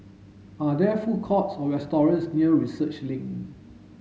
are there food courts or restaurants near Research Link